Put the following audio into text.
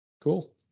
Cool